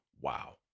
wow